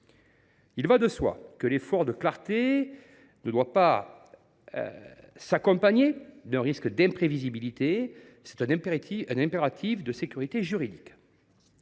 Il va de soi que l’effort de clarté ne doit pas s’accompagner d’un risque d’imprévisibilité : c’est un impératif de sécurité juridique.